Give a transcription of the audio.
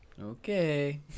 Okay